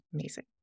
Amazing